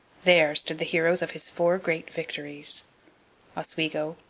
there stood the heroes of his four great victories oswego,